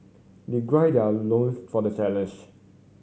they gird their loins for the challenge